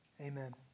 Amen